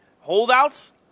Holdouts